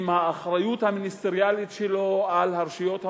עם האחריות המיניסטריאלית שלו לרשויות המקומיות,